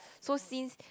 so since